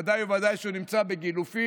ודאי וודאי כשהוא נמצא בגילופין.